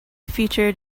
featured